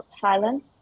silent